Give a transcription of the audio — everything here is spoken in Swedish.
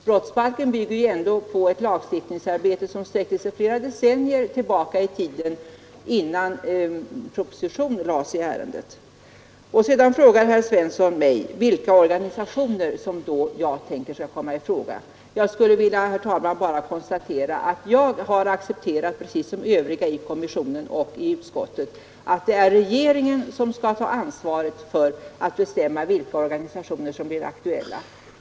Brottsbalken bygger på ett lagstiftningsarbete som sträckte sig flera decennier tillbaka i tiden innan proposition lades fram i ärendet. Herr Svensson frågade mig vilka organisationer jag tänker mig skall komma i fråga. Jag har liksom övriga i kommissionen och i utskottet accepterat att regeringen skall ta ansvaret för att bestämma vilka organisationer som är aktuella.